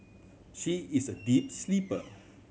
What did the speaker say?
she is a deep sleeper